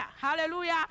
Hallelujah